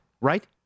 right